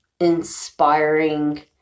inspiring